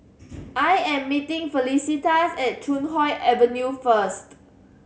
I am meeting Felicitas at Chuan Hoe Avenue first